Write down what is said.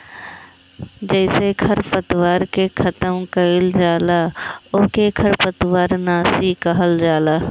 जेसे खरपतवार के खतम कइल जाला ओके खरपतवार नाशी कहल जाला